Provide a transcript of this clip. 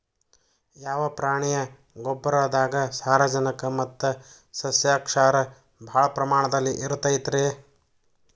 ಯಾವ ಪ್ರಾಣಿಯ ಗೊಬ್ಬರದಾಗ ಸಾರಜನಕ ಮತ್ತ ಸಸ್ಯಕ್ಷಾರ ಭಾಳ ಪ್ರಮಾಣದಲ್ಲಿ ಇರುತೈತರೇ?